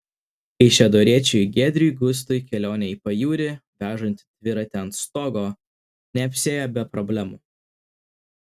kaišiadoriečiui giedriui gustui kelionė į pajūrį vežant dviratį ant stogo neapsiėjo be problemų